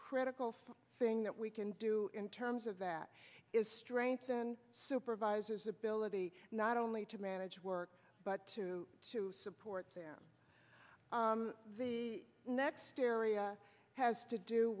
critical thing that we can do in terms of that is strengthen supervisors ability not only to manage work but to to support them the next area has to do